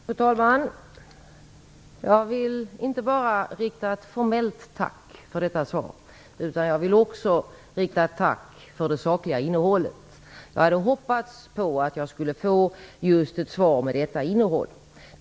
Fru talman! Jag vill inte bara rikta ett formellt tack för detta svar, utan jag vill också rikta ett tack för det sakliga innehållet. Jag hade hoppats på att jag skulle få ett svar just med detta innehåll.